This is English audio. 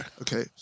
Okay